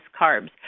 carbs